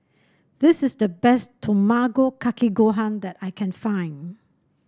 this is the best Tamago Kake Gohan that I can find